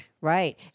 Right